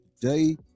today